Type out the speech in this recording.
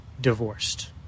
divorced